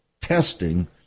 testing